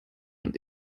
und